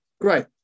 great